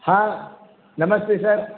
नमस्ते सर्